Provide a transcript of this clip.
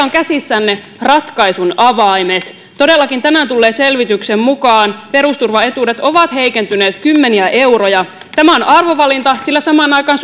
on käsissänne ratkaisun avaimet todellakin tänään tulleen selvityksen mukaan perusturvaetuudet ovat heikentyneet kymmeniä euroja tämä on arvovalinta sillä samaan aikaan